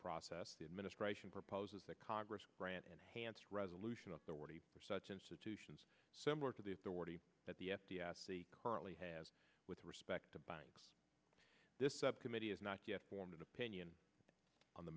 process the administration proposes that congress grant enhanced resolution authority for such institutions similar to the authority that the f t s the currently has with respect to banks this subcommittee is not yet formed an opinion on the